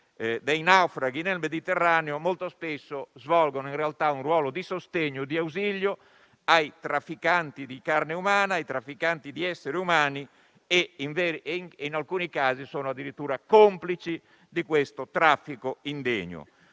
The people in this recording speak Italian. dei naufraghi nel Mediterraneo, molto spesso svolgono un ruolo di sostegno e ausilio ai trafficanti di carne umana e di esseri umani. In alcuni casi, sono addirittura complici di questo traffico indegno.